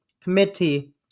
Committee